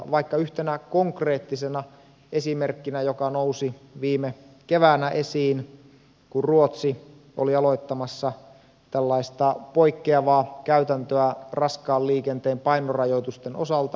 vaikka yhtenä konkreettisena esimerkkinä joka nousi viime keväänä esiin kun ruotsi oli aloittamassa tällaista poikkeavaa käytäntöä raskaan liikenteen painorajoitusten osalta